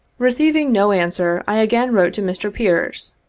keceiving no answer, i again wrote to mr. pearce